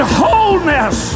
wholeness